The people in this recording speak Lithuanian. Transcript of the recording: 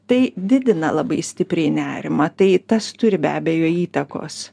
tai didina labai stipriai nerimą tai tas turi be abejo įtakos